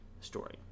story